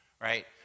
right